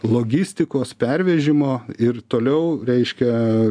logistikos pervežimo ir toliau reiškia